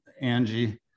Angie